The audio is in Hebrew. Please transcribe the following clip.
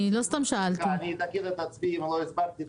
אני אתקן את עצמי אם לא הסברתי טוב.